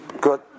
good